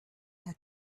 had